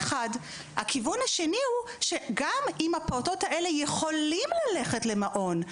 גם אם הפעוטות האלה יכולים ללכת למעון,